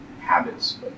habits